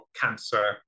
cancer